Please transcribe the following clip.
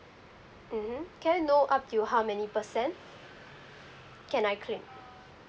mmhmm can know up to how many percent can I claim